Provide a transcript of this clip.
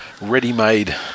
ready-made